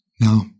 Now